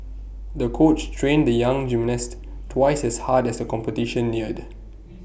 the coach trained the young gymnast twice as hard as the competition neared